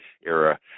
era